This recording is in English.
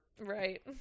Right